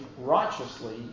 righteously